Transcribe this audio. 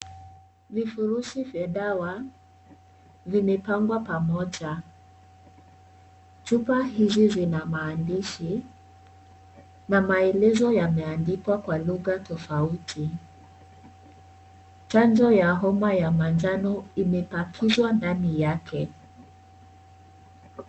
Vifurusi vya dawa vimepangwa pamoja. Chupa hizi zina maandishi na maelezo yameandikwa kwa lugha tofauti. Chanjo ya manjano ya homa imebakizwa ndani yake.